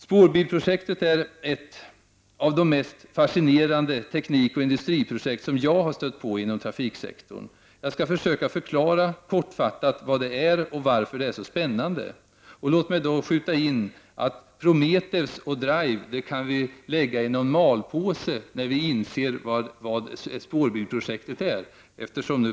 Spårbilsprojektet är ett av de mest fascinerande teknikoch industriprojekt som jag har stött på inom trafiksektorn. Jag skall försöka att kortfattat förklara vad det innebär och varför det är så spännande. Jag vill här också lägga till att Prometheusoch Drive-projekten kan läggas i malpåse när vi väl har insett vad spårbilsprojektet innebär.